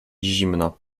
zimno